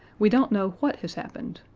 we don't know what has happened.